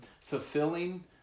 fulfilling